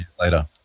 later